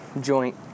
joint